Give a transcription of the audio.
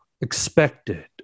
expected